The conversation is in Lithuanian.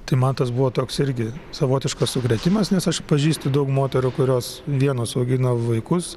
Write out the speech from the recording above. tai man tas buvo toks irgi savotiškas sukrėtimas nes aš pažįstu daug moterų kurios vienos augina vaikus